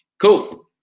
Cool